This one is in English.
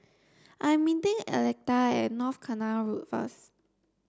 I'm meeting Electa at North Canal Road first